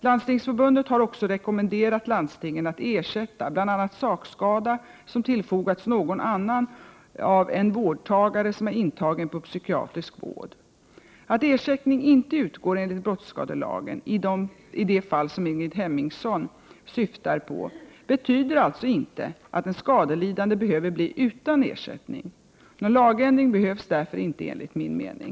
Landstingsförbundet har också rekommenderat landstinget att ersätta bl.a. sakskada som tillfogats någon annan av en vårdtagare som är intagen för psykiatrisk vård. Att ersättning inte utgår enligt brottsskadelagen i det fall som Ingrid Hemmingsson syftar på betyder alltså inte att den skadelidande behöver bli utan ersättning. Någon lagändring behövs därför inte enligt min mening.